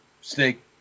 snake